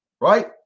Right